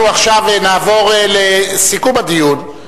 אנחנו עכשיו נעבור לסיכום הדיון,